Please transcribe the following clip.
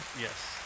Yes